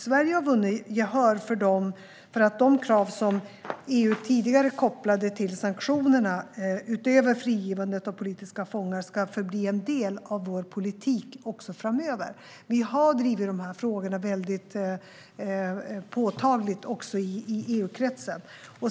Sverige har vunnit gehör för att de krav som EU tidigare kopplade till sanktionerna utöver frigivandet av politiska fångar ska förbli en del av vår politik också framöver. Vi har drivit de här frågorna mycket påtagligt också i EU-kretsen.